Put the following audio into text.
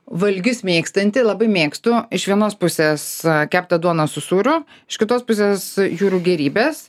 valgius mėgstanti labai mėgstu iš vienos pusės keptą duoną su sūriu iš kitos pusės jūrų gėrybes